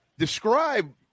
Describe